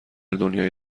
دنیای